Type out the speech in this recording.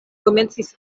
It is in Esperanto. komencis